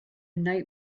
night